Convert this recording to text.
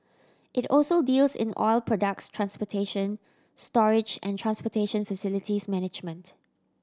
it also deals in oil products transportation storage and transportation facilities management